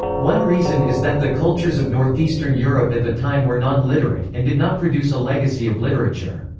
one reason is that the cultures of north-eastern europe at the time were non-literate, and did not produce a legacy of literature.